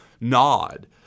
nod